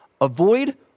avoid